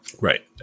Right